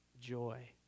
joy